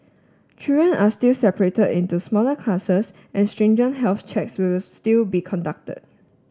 children are still separated into smaller classes and stringent health checks will still be conducted